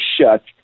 shut